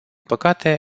păcate